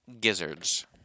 Gizzards